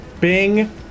Bing